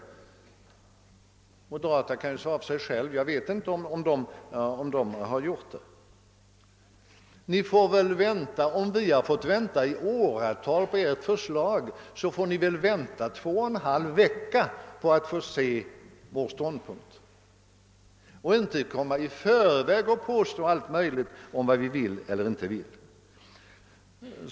Jag vet inte om man har gjort det från moderata samlingspartiets sida, men man kan väl svara för sig själv. Om oppositionen har fått vänta i åratal på ert förslag bör ni väl kunna vänta i två och en halv vecka på att få ta del av vår ståndpunkt i stället för att i förväg påstå allt möjligt om vad vi vill eller inte vill.